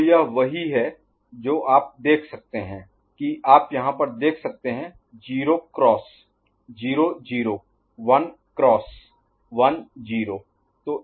तो यह वही है जो आप देख सकते हैं कि आप यहाँ पर देख सकते हैं 0 क्रॉस 0 0 1 क्रॉस 1 0